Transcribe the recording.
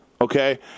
Okay